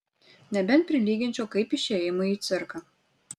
nebent prilyginčiau kaip išėjimui į cirką